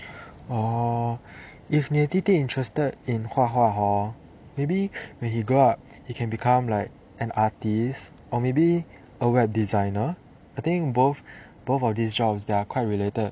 oh if 你的弟弟 interested in 画画 hor maybe when he grow up he can become like an artist or maybe a web designer I think both both of these jobs they are quite related